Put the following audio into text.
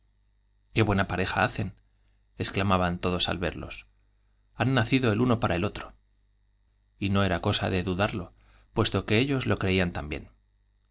qué buena pareja hacen exclamaban todos al verlos han nacido el uno para el otro y no era cosade dudarlo puesto que ellos lo creían también